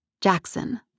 Jackson